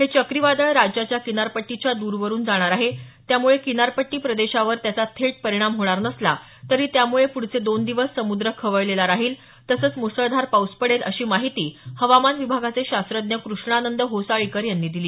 हे चक्रीवादळ राज्याच्या किनारपट्टीच्या द्रवरून जाणार आहे त्यामुळे किनारपट्टी प्रदेशावर त्याचा थेट परिणाम होणार नसला तरी त्यामुळे पुढचे दोन दिवस समुद्र खवळलेला राहील तसंच मुसळधार पाऊस पडेल अशी माहिती हवामान विभागाचे शास्त्रज्ञ कृष्णानंद होसाळीकर यांनी दिली